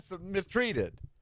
mistreated